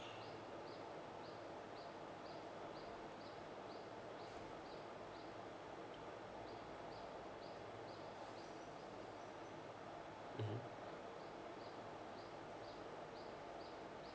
mmhmm